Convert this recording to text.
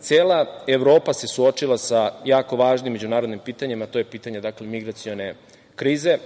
cela Evropa se suočila sa jako važnim međunarodnim pitanjima, a to je pitanje migracione krize.